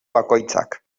bakoitzak